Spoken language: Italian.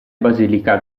basilica